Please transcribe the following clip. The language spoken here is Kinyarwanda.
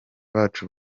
bacu